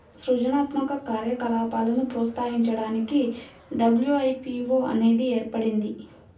సృజనాత్మక కార్యకలాపాలను ప్రోత్సహించడానికి డబ్ల్యూ.ఐ.పీ.వో అనేది ఏర్పడింది